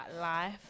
life